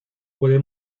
puede